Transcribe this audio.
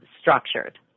structured